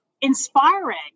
inspiring